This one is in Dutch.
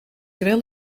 wel